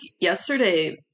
yesterday